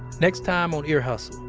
next time on ear hustle,